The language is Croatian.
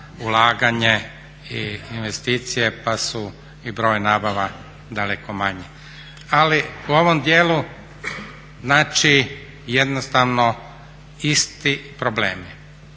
ulaganje i investicije pa su i broj nabava daleko manji. Ali u ovom dijelu znači jednostavno isti problemi,